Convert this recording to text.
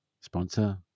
Sponsor